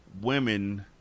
women